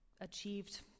achieved